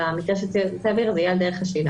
במקרה של צוותי אוויר זה יהיה על דרך השלילה.